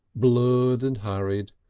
blurred and hurried,